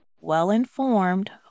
well-informed